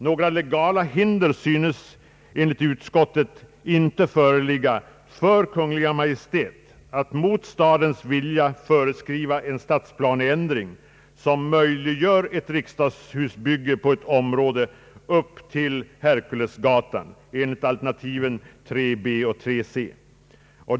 Några legala hinder synes enligt utskottet emellertid inte föreligga för Kungl. Maj:t att mot stadens vilja föreskriva en stadsplaneändring som möjliggör ett riksdagshusbygge på ett område upp till Herkulesgatan enligt alternativen 3 b och 3 c.